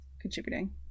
contributing